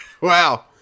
Wow